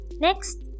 Next